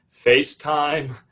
FaceTime